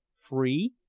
free?